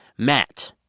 matt,